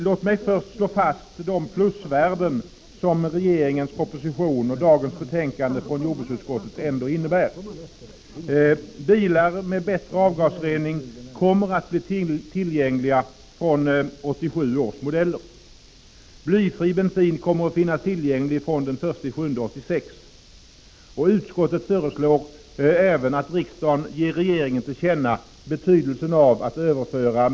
Låt mig först slå fast de plusvärden som regeringens proposition och dagens betänkande från jordbruksutskottet ändå innebär: — bilar med bättre avgasrening kommer att bli tillgängliga fr.o.m. 1987 års modeller — blyfri bensin kommer att finnas tillgänglig fr.o.m. den 1 juli 1986.